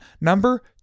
Number